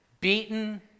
Beaten